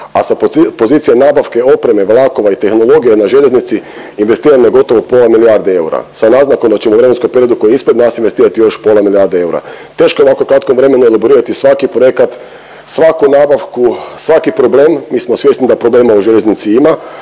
a sa pozicije nabavke opreme vlakova i tehnologije na željeznici investirano je gotovo pola milijarde eura sa naznakom da ćemo u vremenskom periodu koji je ispred nas investirati još pola milijarde eura. Teško je u ovako kratkom vremenu nabrojati svaki projekat, svaku nabavku, svaki problem. Mi smo svjesni da problema u željeznici ima,